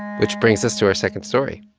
which brings us to our second story.